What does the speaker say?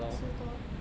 五十多